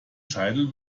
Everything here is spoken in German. scheitel